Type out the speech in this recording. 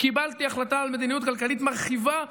קיבלתי החלטה על מדיניות כלכלית מרחיבה,